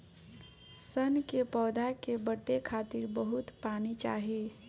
सन के पौधा के बढ़े खातिर बहुत पानी चाही